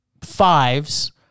fives